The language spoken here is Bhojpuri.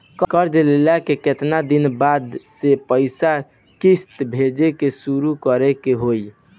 कर्जा लेला के केतना दिन बाद से पैसा किश्त भरे के शुरू करे के होई?